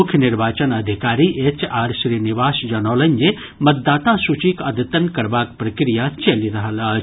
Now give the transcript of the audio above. मुख्य निर्वाचन अधिकारी एच आर श्रीनिवास जनौलनि जे मतदाता सूचीक अद्यतन करबाक प्रक्रिया चलि रहल अछि